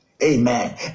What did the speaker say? Amen